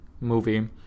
movie